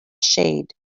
shade